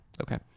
Okay